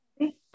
Okay